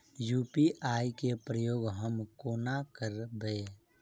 UPI केँ प्रयोग हम कोना करबे?